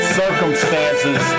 circumstances